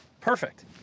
Perfect